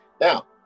Now